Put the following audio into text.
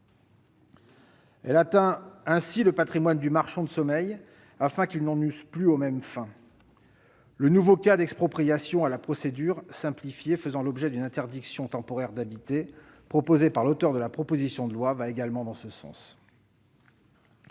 Elle atteint ainsi le patrimoine du marchand de sommeil, afin qu'il n'en use plus aux mêmes fins. Le nouveau cas d'expropriation selon la procédure simplifiée pour les logements faisant l'objet d'une interdiction temporaire d'habiter, proposé par l'auteur de la proposition de loi, va également dans ce sens.